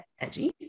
edgy